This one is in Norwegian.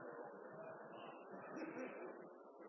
jeg